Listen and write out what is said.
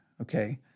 okay